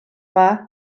yma